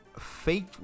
fate